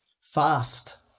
Fast